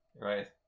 Right